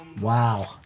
Wow